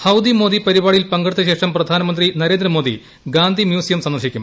ഹൌഡിമോദി പരിപാടിയിൽ പങ്കെടുത്ത ശേഷം പ്രധാനമന്ത്രി നരേന്ദ്രമോദിഗാന്ധിമ്യൂസിയംസന്ദർശിക്കും